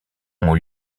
ont